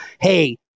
hey